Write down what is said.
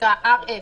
שנקראת "RF",